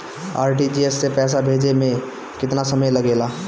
RTGS से पैसा भेजे में केतना समय लगे ला?